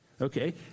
Okay